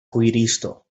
kuiristo